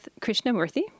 Krishnamurthy